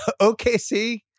OKC